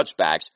touchbacks